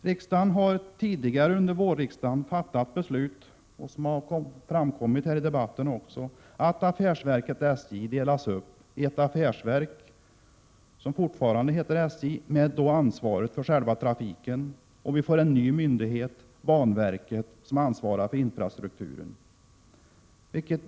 Riksdagen har tidigare under vårriksdagen fattat beslut, som har nämnts här i debatten, om att affärsverket SJ delas upp i ett affärsverk — SJ, med ansvar för själva trafiken — och en ny myndighet, banverket, som ansvarar för infrastrukturen.